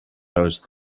those